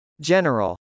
General